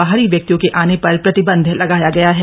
बाहरी व्यक्तियों के आने पर प्रतिबंध लगाया गया है